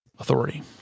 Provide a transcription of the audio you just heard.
authority